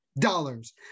Dollars